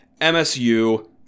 MSU